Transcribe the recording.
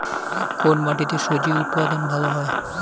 কোন মাটিতে স্বজি উৎপাদন ভালো হয়?